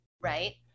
right